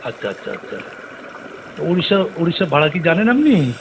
আচ্চা আচ্চা আচ্চা উড়িষ্যা উড়িষ্যার ভাড়া কি জানেন আপনি